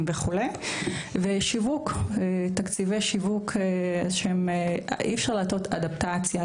וכו'; תקציבי שיווק אי-אפשר לעשות אדפטציה,